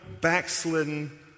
backslidden